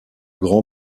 grands